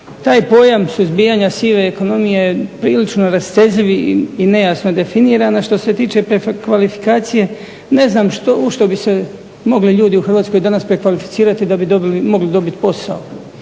Taj pojam suzbijanja sive ekonomije je prilično rastezljiv i nejasno definiran. A što se tiče prekvalifikacije ne znam u što bi se mogli ljudi u Hrvatskoj danas prekvalificirati da bi mogli dobiti posao,